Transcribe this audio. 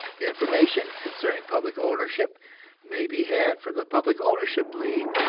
information concerning public ownership may be had from the public ownership league,